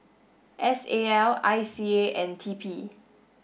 S A L I C A and T P